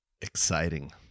Exciting